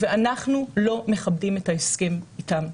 ואנחנו לא מכבדים את ההסכם איתם.